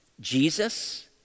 Jesus